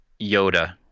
Yoda